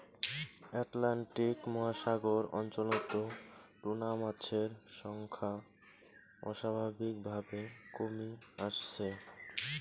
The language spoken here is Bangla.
অ্যাটলান্টিক মহাসাগর অঞ্চলত টুনা মাছের সংখ্যা অস্বাভাবিকভাবে কমি আসছে